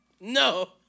no